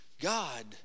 God